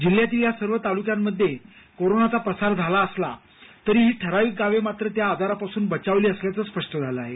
जिल्ह्यातील या सर्व तालुक्यांमध्ये कोरोनाचा प्रसार झाला असला तरी ही ठराविक गावे मात्र या आजारापासून बचावली असल्याचं स्पष्ट झालं आहे